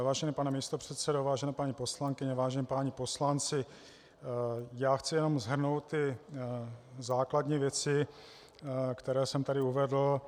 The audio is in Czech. Vážený pane místopředsedo, vážené paní poslankyně, vážení páni poslanci, chci jenom shrnout základní věci, které jsem tady uvedl.